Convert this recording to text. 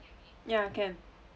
ya can